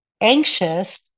anxious